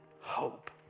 hope